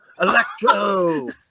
Electro